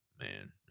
man